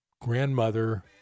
grandmother